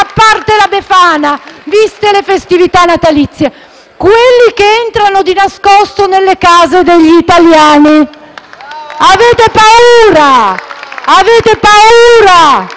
a parte la Befana, viste le festività natalizie? Quelli che entrano di nascosto nelle case degli italiani. *(Applausi